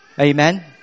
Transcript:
Amen